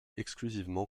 exclusivement